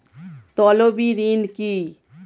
তলবি ঋণ কি?